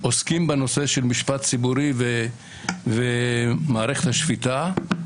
עוסקים בנושא של משפט ציבורי ומערכת השפיטה,